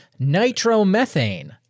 Nitromethane